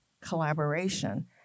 collaboration